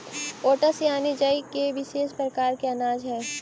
oats यानि जई एक विशेष प्रकार के अनाज हइ